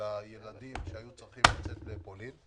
לילדים שהיו צריכים לצאת לפולין.